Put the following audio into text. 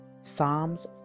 Psalms